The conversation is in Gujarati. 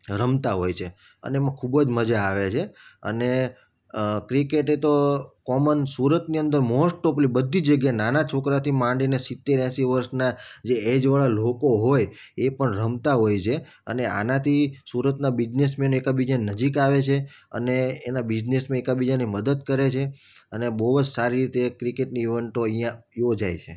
રમતા હોય છે અને એમાં ખૂબ જ મજા આવે છે અને ક્રિકેટ એ તો કોમન સુરતની અંદર મોસ્ટ ઓફલી બધી જગ્યાએ નાના છોકરાથી માંડીને સિતેર એંશી વર્ષના જે એજવાળા લોકો હોય એ પણ રમતા હોય છે અને આનાથી સુરતના બિઝનેસમેન એકાબીજા નજીક આવે છે અને એના બિઝનેસમેન એકાબીજાની મદદ કરે છે અને બહુ જ સારી રીતે ક્રિકેટની ઈવેન્ટો અહીંયા યોજાય છે